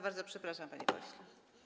Bardzo przepraszam, panie pośle.